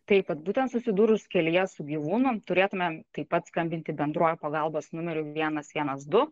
taip vat būtent susidūrus kelyje su gyvūnu turėtumėm taip pat skambinti bendruoju pagalbos numeriu vienas vienas du